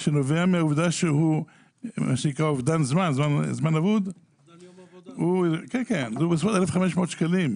שנובע מהעובדה של מה שנקרא זמן אבוד הוא בסביבות 1,500 שקלים,